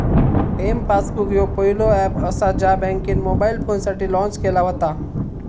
M passbook ह्यो पहिलो app असा ज्या बँकेन मोबाईल फोनसाठी लॉन्च केला व्हता